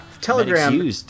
Telegram